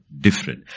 different